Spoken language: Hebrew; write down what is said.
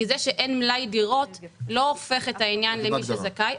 כי זה שאין מלאי דירות לא הוף את העניין למי שזכאי.